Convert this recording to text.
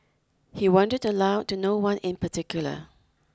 he wondered aloud to no one in particular